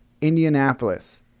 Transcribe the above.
Indianapolis